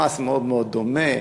המס מאוד מאוד דומה,